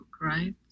right